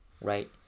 right